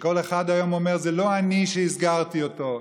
כשכל אחד היום אומר: זה לא אני שהסגרתי אותו,